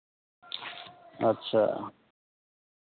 अच्छा